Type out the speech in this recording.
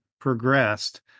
progressed